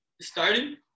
started